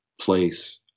place